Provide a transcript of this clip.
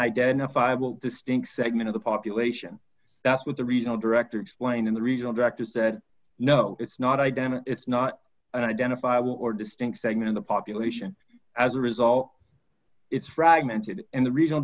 identifiable distinct segment of the population that's what the regional director explained in the regional director said no it's not identity it's not an identifiable or distinct segment of the population as a result it's fragmented and the regional